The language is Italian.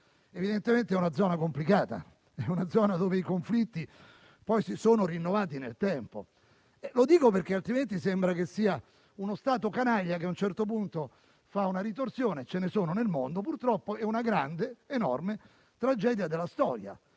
evidentemente è una zona complicata, una zona dove i conflitti si sono poi rinnovati nel tempo. Dico ciò perché, altrimenti, sembra che sia uno Stato canaglia, che a un certo punto fa una ritorsione, e perché ce ne sono nel mondo, purtroppo. È una grande, enorme tragedia della storia,